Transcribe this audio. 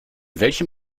welchem